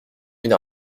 une